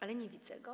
Ale nie widzę go.